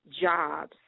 jobs